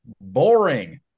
boring